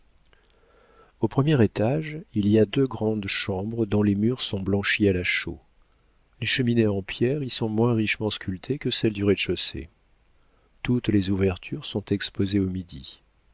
au premier étage il y a deux grandes chambres dont les murs sont blanchis à la chaux les cheminées en pierre y sont moins richement sculptées que celles du rez-de-chaussée toutes les ouvertures sont exposées au midi